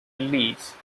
release